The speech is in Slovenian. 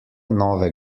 nove